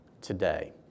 today